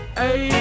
hey